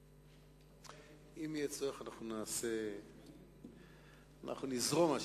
אם יהיה צורך אנחנו נזרום, מה שנקרא.